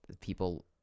people